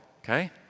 Okay